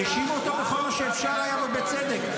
האשימו אותו בכל מה שאפשר היה, ובצדק.